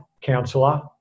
councillor